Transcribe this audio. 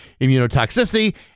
immunotoxicity